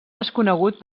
desconegut